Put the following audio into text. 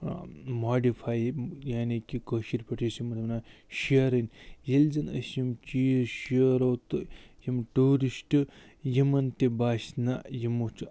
modify یعنی کہ کٲشِر پٲٹھۍ ٲسۍ یِمَن وَنان شیٚرٕنۍ ییٚلہِ زَنہٕ أسۍ یِم چیٖز شیٚرَو تہٕ یِم ٹوٗرِسٹ یِمَن تہِ باسہِ نہ یِمَو چھِ